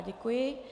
Děkuji.